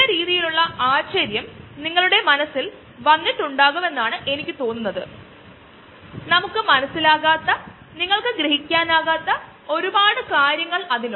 ഇതൊരു ഉയർന്ന ജനറേഷനിൽ വരുന്ന ബയോ ഫ്യൂൽ ആണ് ബയോ ഡീസൽ പിന്നെ നമ്മൾ അസംസ്കൃത വസ്തുക്കൾ പരിവർത്തനം ചെയാനായി ഒരു ബയോ പ്രോസസ്സ് ഉപയോഗിക്കേണ്ടതുണ്ട്